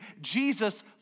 Jesus